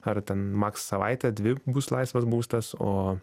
ar ten max savaitę dvi bus laisvas būstas o